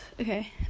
Okay